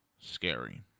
scary